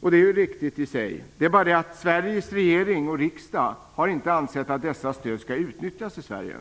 Det är i sig riktigt. Det är bara det att Sveriges regering och riksdag inte har ansett att dessa stöd skall utnyttjas i Sverige.